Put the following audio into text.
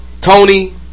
Tony